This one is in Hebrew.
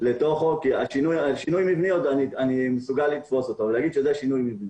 לתוכו כי שינוי מבני אני עוד מסוגל לתפוס ולהגיד שזה שינוי מבני.